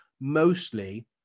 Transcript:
mostly